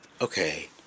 Okay